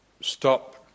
stop